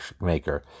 maker